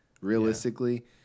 realistically